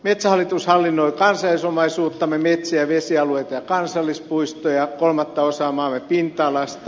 metsähallitus hallinnoi kansallisomaisuuttamme metsiä vesialueita ja kansallispuistoja kolmatta osaa maamme pinta alasta